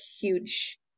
huge